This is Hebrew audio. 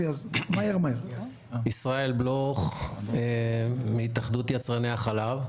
ישראל בלוך, מהתאחדות יצרני החלב.